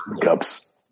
Cups